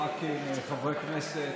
חברי הכנסת,